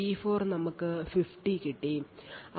P4 നമുക്ക് 50 കിട്ടി